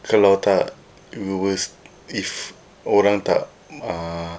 kalau tak we will if orang tak uh